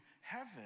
heaven